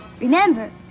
Remember